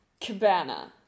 cabana